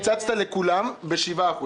קיצצת לכולם ב-7%.